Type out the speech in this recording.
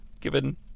given